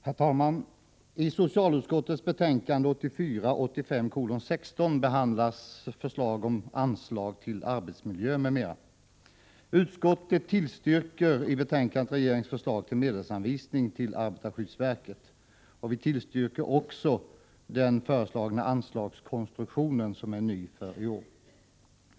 Herr talman! I socialutskottets betänkande 1984/85:16 behandlas förslag om anslag till arbetsmiljö m.m. Utskottet tillstyrker regeringens förslag till medelsanvisning till arbetarskyddsverket. Vi tillstyrker också den föreslagna anslagskonstruktionen, som är ny för i år.